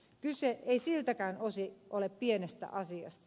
kyse ei siltäkään osin ole pienestä asiasta